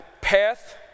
path